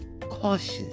cautious